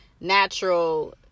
natural